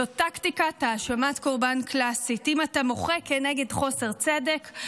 זו טקטיקת האשמת קורבן קלאסית: אם אתה מוחה כנגד חוסר צדק,